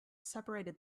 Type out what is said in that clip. separated